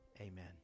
Amen